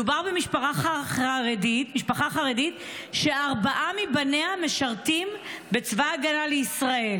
מדובר במשפחה חרדית שארבעה מבניה משרתים בצבא ההגנה לישראל.